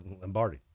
Lombardi